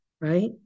right